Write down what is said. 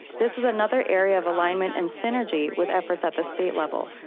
this is another area of alignment and synergy with efforts at the state level.